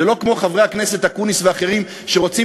שלא כמו חברי הכנסת אקוניס ואחרים שרוצים